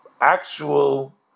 actual